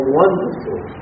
wonderful